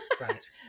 Right